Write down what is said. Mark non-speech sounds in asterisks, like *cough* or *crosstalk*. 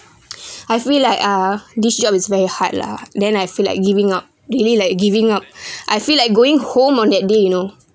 *noise* I feel like uh this job is very hard lah then I feel like giving up really like giving up *breath* I feel like going home on that day you know